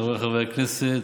חבריי חברי הכנסת,